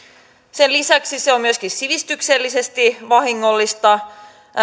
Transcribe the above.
sen lisäksi se on myöskin sivistyksellisesti vahingollista